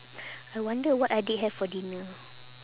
I wonder what adik have for dinner